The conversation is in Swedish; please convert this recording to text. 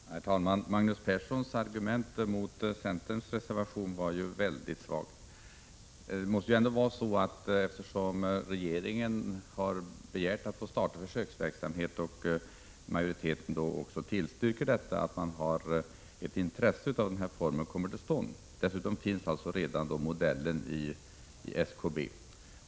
Herr talman! Magnus Perssons argumentering mot centerns reservation var väldigt svag. Eftersom regeringen har begärt att få starta försöksverksamhet och utskottsmajoriteten tillstyrker detta, måste det ju ändå finnas ett intresse för att denna form av ägande kommer till stånd. Dessutom finns alltså redan denna modell inom SKB.